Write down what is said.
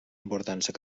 importància